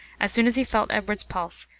as soon as he felt edward's pulse,